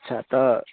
अच्छा तऽ